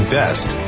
best